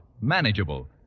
manageable